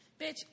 Bitch